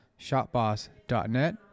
shopboss.net